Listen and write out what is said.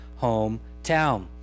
hometown